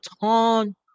ton